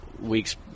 weeks